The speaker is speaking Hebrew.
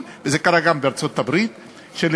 אבל